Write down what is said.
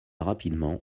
rapidement